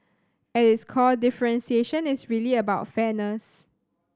at its core differentiation is really about fairness